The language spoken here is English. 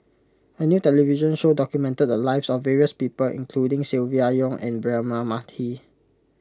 a new television show documented the lives of various people including Silvia Yong and Braema Mathi